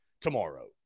tomorrow